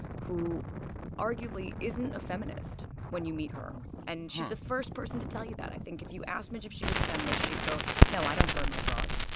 who arguably isn't a feminist when you meet her. and she's the first person to tell you that. i think if you asked midge if she was a feminist, she'd go, no, i don't burn my bras